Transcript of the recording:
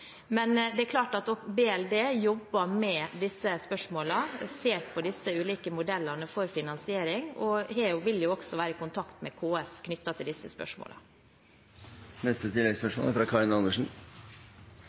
men det er klart at også Barne-, likestillings- og inkluderingsdepartementet jobber med disse spørsmålene, ser på de ulike modellene for finansiering og vil også være i kontakt med KS knyttet til disse